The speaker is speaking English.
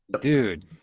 Dude